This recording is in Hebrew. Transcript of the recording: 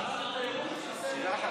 נכנסה השרה אורית פרקש הכהן.